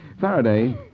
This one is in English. Faraday